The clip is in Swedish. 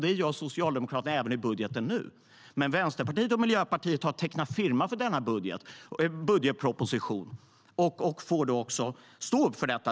Det gör Socialdemokraterna även i budgeten nu. Men Vänsterpartiet och Miljöpartiet har tecknat firma för denna budgetproposition och får då också stå för det.